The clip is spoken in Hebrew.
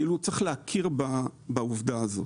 צריך להכיר בעובדה הזאת.